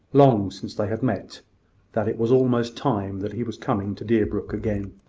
long since they had met that it was almost time that he was coming to deerbrook again.